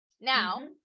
Now